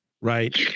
Right